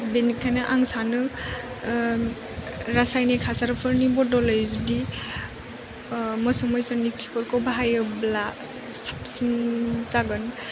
बेनिखायनो आं सानो रासायनिक हासारफोरनि बदलै जुदि मोसौ मैसोनि खिफोरखौ बाहायोब्ला साबसिन जागोन